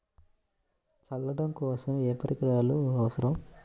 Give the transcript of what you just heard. చల్లడం కోసం ఏ పరికరాలు అవసరం?